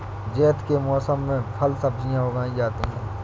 ज़ैद के मौसम में फल सब्ज़ियाँ उगाई जाती हैं